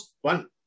one